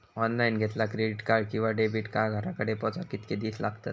Online घेतला credit card किंवा debit card घराकडे पोचाक कितके दिस लागतत?